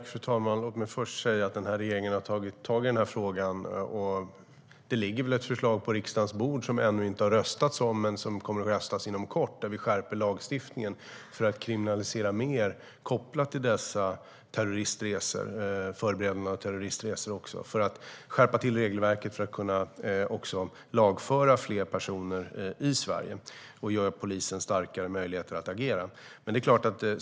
Fru talman! Låt mig först säga att den här regeringen har tagit tag i den här frågan. Det ligger ett förslag på riksdagens bord som man ännu inte har röstat om men som man kommer att rösta om inom kort, där vi skärper lagstiftningen för att kriminalisera mer som är kopplat till dessa terroristresor och även förberedelse av terroristresor. Vi skärper också regelverket för att kunna lagföra fler personer i Sverige och ge polisen starkare möjligheter att agera.